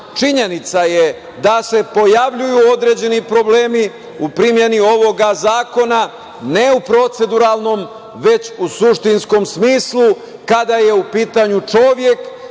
da je da se pojavljuju određeni problemi u primeni ovog zakona, ne u proceduralnom, već u suštinskom smislu, kada je u pitanju čovek,